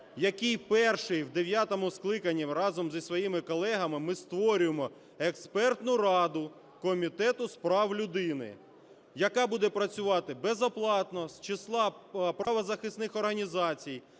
який перший в дев'ятому скликанні разом зі своїми колегами, ми створюємо експертну раду комітету з прав людини, яка буде працювати безоплатно з числа правозахисних організацій,